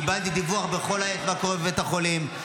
קיבלתי דיווח בכל עת מה קורה בבית החולים.